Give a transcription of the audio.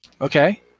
Okay